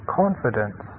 confidence